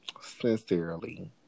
Sincerely